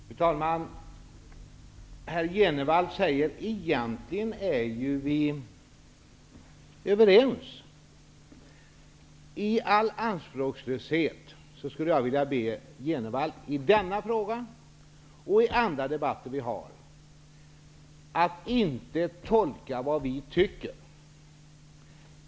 Fru talman! Herr Jenevall säger att vi egentligen är överens. I all anspråkslöshet skulle jag vilja be Jenevall att i denna fråga och i andra debatter som vi för inte uttolka vad vi tycker.